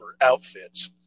outfits